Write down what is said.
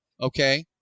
Okay